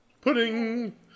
Pudding